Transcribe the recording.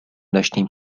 داشتیم